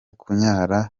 kunyara